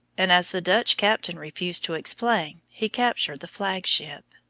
and as the dutch captain refused to explain, he captured the flagship.